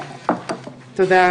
תודה.